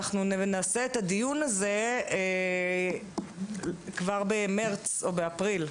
אנחנו נעשה את הדיון כבר במרץ או באפריל.